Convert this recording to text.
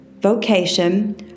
vocation